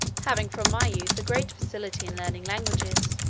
having from my youth a great facility in learning languages.